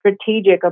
strategic